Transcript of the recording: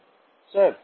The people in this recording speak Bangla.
ছাত্র ছাত্রিঃস্যার